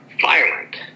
violent